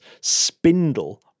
spindle